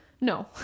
No